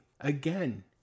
Again